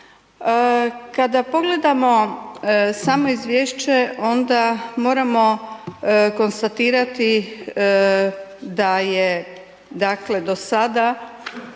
Kada pogledamo samo izvješće onda moramo konstatirati da je dakle do sada